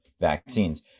vaccines